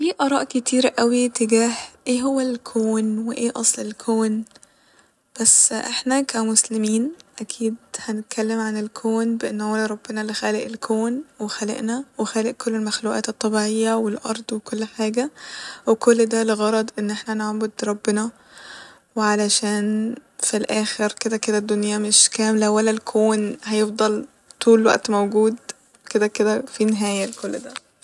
في أراء كتير أوي تجاه ايه هو الكون وايه أصل الكون بس احنا كمسلمين أكيد هنتكلم عن الكون بإن هو الل ربنا اللي خالق الكون وخالقنا وخالق كل المخلوقات الطبيعية والأرض وكل حاجة وكل ده لغرض ان احنا نعبد ربنا وعلشان ف الاخر كده كده الدنيا مش كاملة ولا الكون هيفضل طول الوقت موجود كده كده في نهاية لكل ده